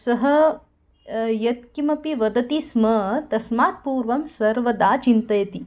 सः यत्किमपि वदति स्म तस्मात् पूर्वं सर्वदा चिन्तयति